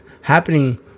happening